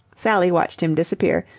sally watched him disappear,